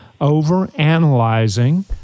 overanalyzing